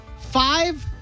Five